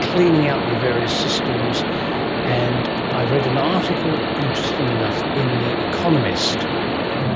cleaning out your various systems and i read an article, interestingly enough, in the economist